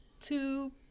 two